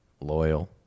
Loyal